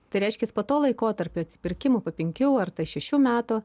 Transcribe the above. tai reiškias po to laikotarpio atsipirkimo po penkių ar tai šešių metų